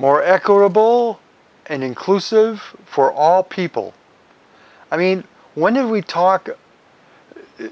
more equitable and inclusive for all people i mean whenever we talk